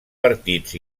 partits